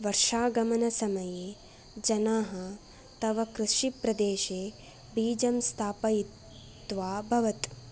वर्षागमनसमये जनाः तव कृषिप्रदेशे बीजं स्थापयित्वा भवत्